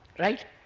right?